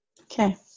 Okay